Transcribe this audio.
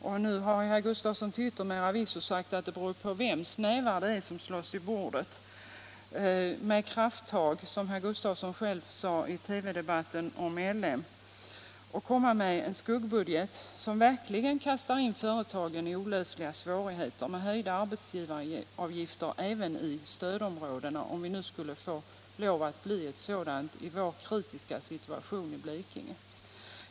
Och nu har herr Gustafsson till yttermera visso sagt att det beror på vems knytnävar det är som slås i bordet — med krafttag, som herr Gustafsson själv sade i TV-debatten om LM. Och man borde inte komma med en skuggbudget som kastar in företagen i olösliga svårigheter med höjda arbetsgivaravgifter även i stödområdena — om vi nu skulle få lov att bli ett sådant i vår kritiska situation i Blekinge.